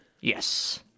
yes